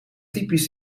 typisch